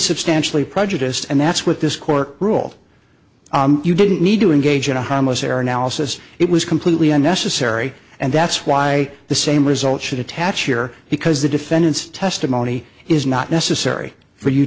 substantially prejudiced and that's what this court ruled you didn't need to engage in a harmless error analysis it was completely unnecessary and that's why the same result should attach here because the defendant's testimony is not necessary for you